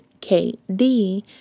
KD